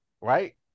right